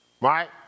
right